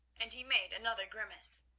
and he made another grimace.